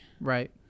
right